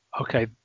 okay